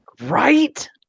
Right